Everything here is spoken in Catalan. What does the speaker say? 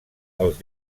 els